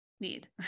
need